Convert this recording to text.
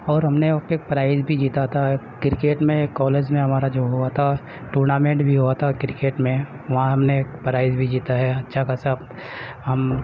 اور ہم نے پرائز بھی جیتا تھا کرکٹ میں کالج میں ہمارا جو ہوا تھا ٹورنامنٹ بھی ہوا تھا کرکٹ میں وہاں ہم نے پرائز بھی جیتا ہے اچھا خاصا ہم